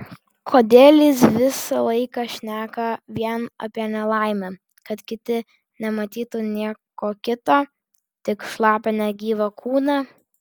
kodėl jis visą laiką šneka vien apie nelaimę kad kiti nematytų nieko kita tik šlapią negyvą kūną